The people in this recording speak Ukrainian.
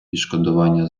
відшкодування